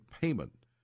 payment